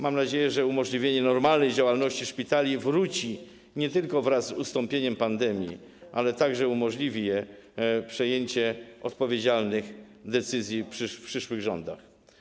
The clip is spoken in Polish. Mam nadzieję, że umożliwienie normalnej działalności szpitali wróci nie tylko wraz z ustąpieniem pandemii, ale także umożliwi je podjęcie odpowiedzialnych decyzji w przyszłych rządach.